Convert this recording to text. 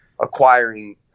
acquiring